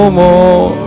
more